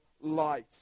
light